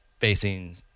facing